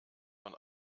von